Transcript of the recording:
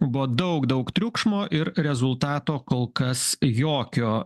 buvo daug daug triukšmo ir rezultato kol kas jokio